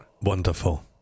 Wonderful